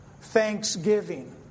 thanksgiving